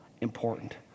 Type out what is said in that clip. important